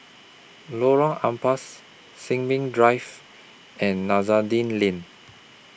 Lorong Ampas Sin Ming Drive and Lane